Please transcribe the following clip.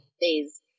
days